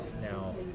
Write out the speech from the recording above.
now